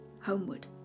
Homeward